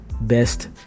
Best